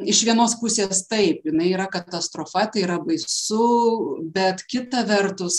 iš vienos pusės taip jinai yra katastrofa tai yra baisu bet kita vertus